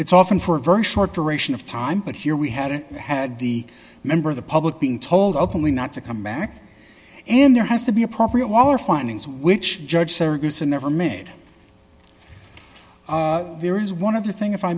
it's often for a very short duration of time but here we hadn't had the member of the public being told openly not to come back and there has to be appropriate waller findings which judge surface and never made there is one of the thing if i